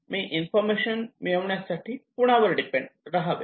मी information मिळवण्यासाठी कोणा वर डिपेंड रहावे